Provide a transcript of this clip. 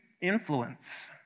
influence